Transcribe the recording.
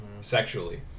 Sexually